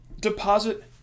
deposit